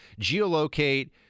geolocate